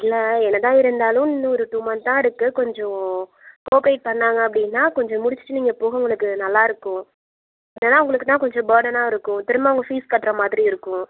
இல்லை என்ன தான் இருந்தாலும் இன்னும் ஒரு டூ மந்த் தான் இருக்குது கொஞ்சம் கோப்ரேட் பண்ணிணாங்க அப்படினா கொஞ்சம் முடிச்சுட்டு நீங்கள் போக உங்களுக்கு நல்லாயிருக்கும் இல்லைனா உங்களுக்கு தான் கொஞ்சம் பர்டன்னாயிருக்கும் திரும்ப அங்கே ஃபீஸ் கட்டுற மாதிரி இருக்கும்